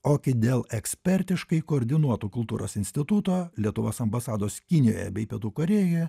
ogi dėl ekspertiškai koordinuotų kultūros instituto lietuvos ambasados kinijoje bei pietų korėjoje